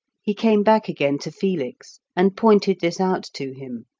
he came back again to felix, and pointed this out to him.